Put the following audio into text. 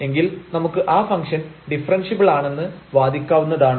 എങ്കിൽ നമുക്ക് ആ ഫംഗ്ഷൻ ഡിഫറെൻഷ്യബിൾ ആണെന്ന് വാദിക്കാവുന്നതാണ്